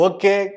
Okay